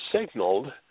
signaled